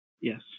Yes